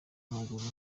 w’amaguru